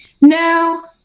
No